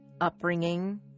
upbringing